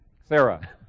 Sarah